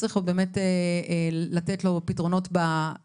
צריך עוד באמת לתת לו פתרונות בהמשך,